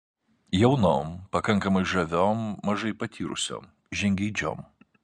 jaunom pakankamai žaviom mažai patyrusiom žingeidžiom